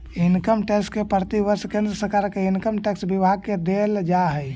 income tax प्रतिवर्ष केंद्र सरकार के इनकम टैक्स विभाग के देल जा हई